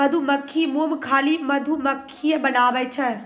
मधुमक्खी मोम खाली मधुमक्खिए बनाबै छै